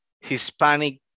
Hispanic